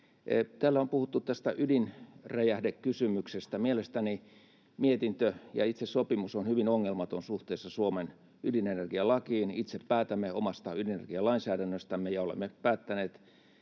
Täällä on puhuttu tästä ydinräjähdekysymyksestä. Mielestäni mietintö ja itse sopimus ovat hyvin ongelmattomia suhteessa Suomen ydinenergialakiin. Itse päätämme omasta ydinenergialainsäädännöstämme, ja olemme päättäneet,